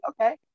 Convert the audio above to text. okay